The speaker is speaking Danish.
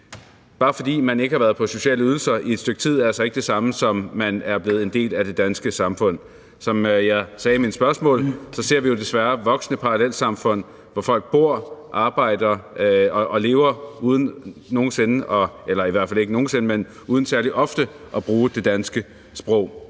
Det, at man ikke har været på sociale ydelser i et stykke tid, er altså ikke det samme, som at man er blevet en del af det danske samfund. Som jeg sagde i mine spørgsmål, ser vi jo desværre voksende parallelsamfund, hvor folk bor, arbejder og lever uden særlig ofte at bruge det danske sprog.